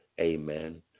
Amen